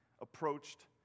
approached